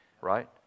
right